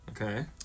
Okay